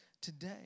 today